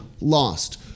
lost